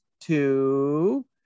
two